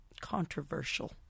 controversial